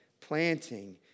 planting